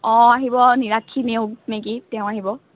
অঁ আহিব নিলাক্ষী নেওগ নে কি তেওঁ আহিব